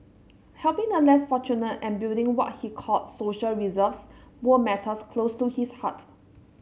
helping the less fortunate and building what he called social reserves were matters close to his heart